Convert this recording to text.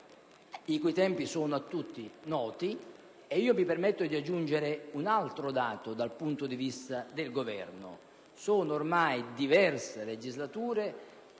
i cui tempi sono noti a tutti. Mi permetto di aggiungere un altro dato, dal punto di vista del Governo. Sono ormai diverse legislature